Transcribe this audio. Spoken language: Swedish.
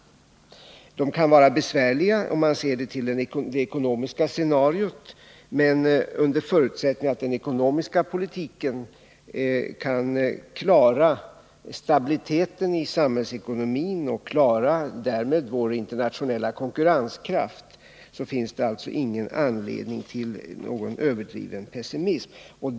De kan vara besvärliga, om man ser till det ekonomiska scenariot, men under förutsättning att den ekonomiska politiken kan klara stabiliteten i samhällsekonomin och därmed klara vår internationella konkurrenskraft finns ingen anledning till någon överdriven pessimism.